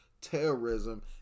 terrorism